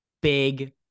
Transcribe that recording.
big